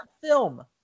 film